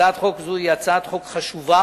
הצעת חוק זו היא הצעת חוק חשובה